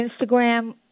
Instagram